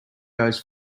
goes